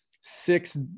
six